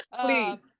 Please